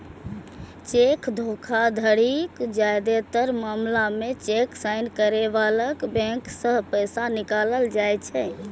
cheque धोखाधड़ीक जादेतर मामला मे चेक साइन करै बलाक बैंक सं पैसा निकालल जाइ छै